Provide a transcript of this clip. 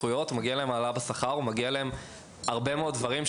העלאה בשכר או עוד הרבה מאוד דברים,